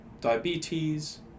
diabetes